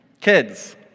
Kids